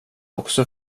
också